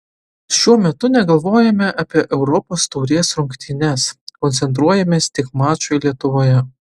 šiuo metu negalvojame apie europos taurės rungtynes koncentruojamės tik mačui lietuvoje